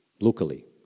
locally